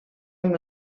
amb